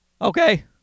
okay